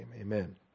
Amen